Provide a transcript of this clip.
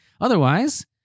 Otherwise